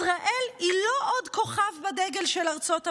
ישראל היא לא עוד כוכב בדגל של ארצות הברית.